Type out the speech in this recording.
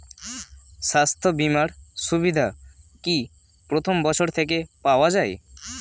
স্বাস্থ্য বীমার সুবিধা কি প্রথম বছর থেকে পাওয়া যায়?